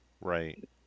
right